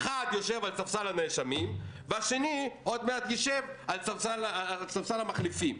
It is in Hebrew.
אחד יושב על ספסל הנאשמים והשני עוד מעט יישב על ספסל המחליפים.